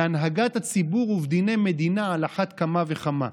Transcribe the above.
בהנהגת הציבור ובדיני מדינה על אחת כמה וכמה.